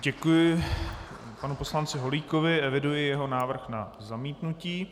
Děkuji panu poslanci Holíkovi, eviduji jeho návrh na zamítnutí.